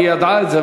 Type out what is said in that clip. היא ידעה את זה,